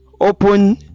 open